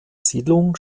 siedlung